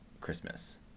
Christmas